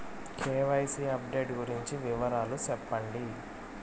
KYC update గురించి వివరాలు సెప్పండి?